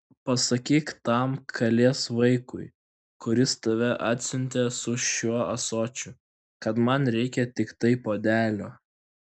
pasakyk tam kalės vaikui kuris tave atsiuntė su šiuo ąsočiu kad man reikia tiktai puodelio